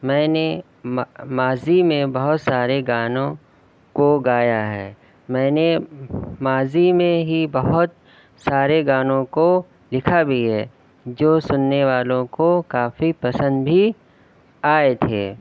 میں نے ما ماضی میں بہت سارے گانوں کو گایا ہے میں نے ماضی میں ہی بہت سارے گانوں کو لکھا بھی ہے جو سننے والوں کو کافی پسند بھی آئے تھے